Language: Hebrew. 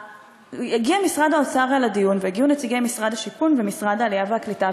הגיע משרד האוצר לדיון והגיעו נציגי משרד השיכון ומשרד העלייה והקליטה,